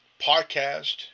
podcast